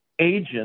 agent